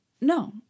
no